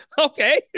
Okay